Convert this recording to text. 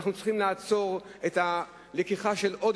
אנחנו צריכים לעצור את הלקיחה של עוד